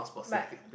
but